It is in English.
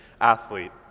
athlete